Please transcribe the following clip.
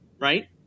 right